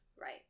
right